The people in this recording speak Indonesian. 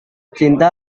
cinta